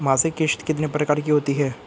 मासिक किश्त कितने प्रकार की होती है?